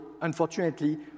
unfortunately